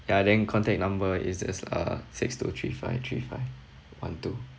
ya then contact number is as uh six two three five three five one two